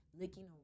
licking